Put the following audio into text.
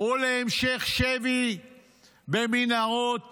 או להמשך שבי במנהרות